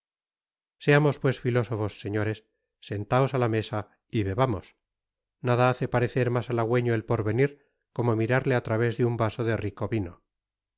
seamos pues filósofos señores sentaos á la mesa y bebamos nada hace parecer mas athagiieño el porvenir como mirarle á través de un vaso de rico vino